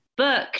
Book